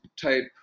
type